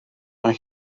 mae